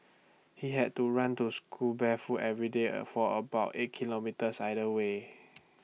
he had to run to school barefoot every day for about eight kilometres either way